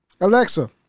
Alexa